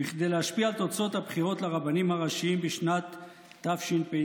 כדי להשפיע על תוצאות הבחירות לרבנים הראשיים בשנת תשפ"ג.